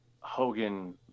Hogan